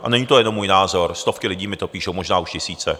A není to jenom můj názor, stovky lidí mi to píšou, možná už tisíce.